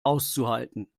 auszuhalten